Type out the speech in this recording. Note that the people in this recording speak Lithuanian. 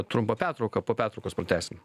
trumpą pertrauką po pertraukos pratęsim